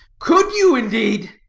could you, indeed?